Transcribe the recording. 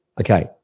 Okay